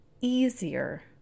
easier